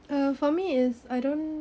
uh for me is I don't